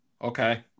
Okay